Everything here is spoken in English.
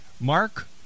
Mark